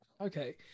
Okay